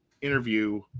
interview